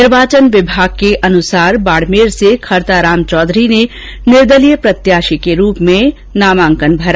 निर्वाचन विभाग के अनुसार बाड़मेर से खरताराम चौधरी ने निर्दलीय प्रत्याशी के रूप में नामांकन भरा